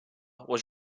was